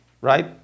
right